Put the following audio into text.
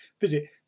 Visit